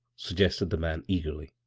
suggested the man, eagerly.